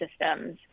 systems